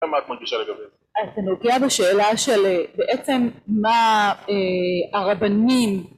מה את מרגישה לגבי? אתה נוגע בשאלה של בעצם מה הרבנים..